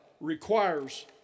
requires